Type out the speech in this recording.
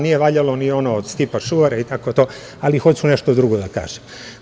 Nije valjalo ni ovo od Stipa Šuvara i tako to, ali hoću nešto drugo da kažem.